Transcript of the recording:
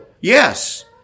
yes